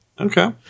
Okay